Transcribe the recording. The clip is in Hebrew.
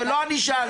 ולא אני שאלתי,